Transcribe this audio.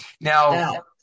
Now